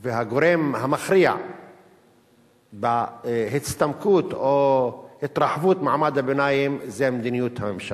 והגורם המכריע בהצטמקות או התרחבות מעמד הביניים זה מדיניות הממשלה.